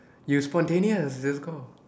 you spontaneous just go